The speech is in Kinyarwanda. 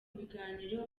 biganiro